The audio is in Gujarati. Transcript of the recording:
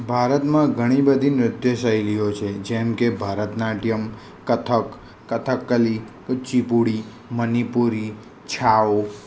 ભારતમાં ઘણી બધી નૃત્ય શૈલીઓ છે જેમકે ભરતનાટ્યમ કથક કથકકલી કુચિપુડી મણીપુરી છાવ